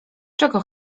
czego